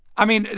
i mean,